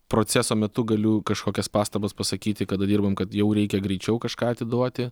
proceso metu galiu kažkokias pastabas pasakyti kada dirbam kad jau reikia greičiau kažką atiduoti